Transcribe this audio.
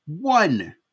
one